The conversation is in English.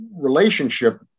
relationship